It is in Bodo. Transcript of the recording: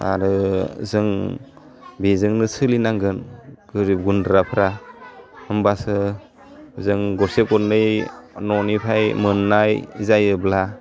आरो जों बेजोंनो सोलिनांगोन गोरिब गुन्द्राफ्रा होमबासो जों गरसे गरनै न'निफाय मोन्नाय जायोब्ला